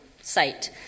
site